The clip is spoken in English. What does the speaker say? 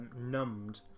numbed